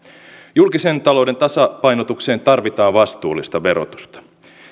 julkisen talouden tasapainotukseen tarvitaan vastuullista verotusta